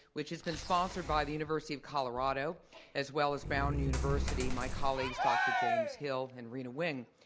which has been sponsored by the university of colorado as well as brown university, my colleagues, dr. james hill and rena wing.